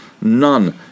none